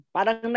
Parang